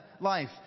life